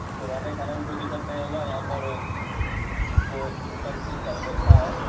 तुमको रहने खाने में कोई दिक्कत नहीं होगा यहाँ पर तुमको टोटल चीज का व्यवस्था है